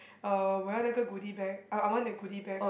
uh 我要那个 goodie bag I I want that goodie bag